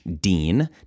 dean